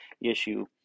issue